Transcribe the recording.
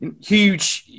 huge